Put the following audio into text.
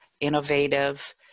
innovative